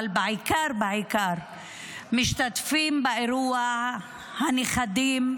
אבל בעיקר בעיקר משתתפים באירוע הנכדים,